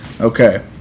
Okay